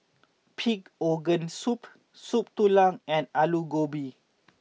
Pig Organ Soup Soup Tulang and Aloo Gobi